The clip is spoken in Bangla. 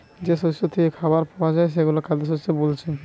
যেই শস্য থিকে খাবার পায়া যায় সেগুলো খাদ্যশস্য বোলছে